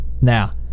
Now